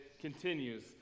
continues